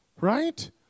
Right